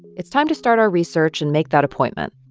it's time to start our research and make that appointment.